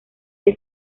que